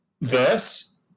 verse